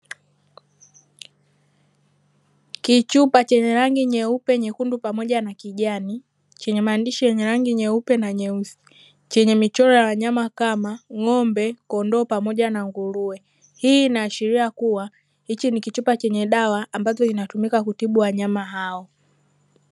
Kichupa chenye rangi nyeupe, nyekundu pamoja na kijani chenye maandishi yenye rangi nyeupe na nyeusi, chenye michoro ya wanyama kama ng'ombe, kondoo pamoja na nguruwe. Hii inaashiria kuwa, hiki ni kichupa chenye dawa ambacho kinatumika kutibu wanyama hao.